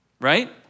right